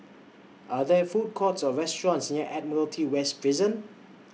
Are There Food Courts Or restaurants near Admiralty West Prison